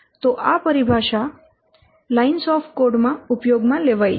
તો આ પરિભાષા લાઇન્સ ઓફ કોડ માં ઉપયોગ માં લેવાય છે